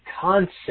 concept